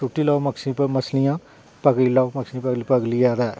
सुट्टी लैओ ते मछलियां पकड़ी लैओ